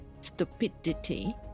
stupidity